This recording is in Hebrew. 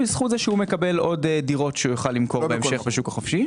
בתמורה הוא מקבל עוד דירות שיוכל למכור בהמשך בשוק החופשי.